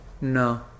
No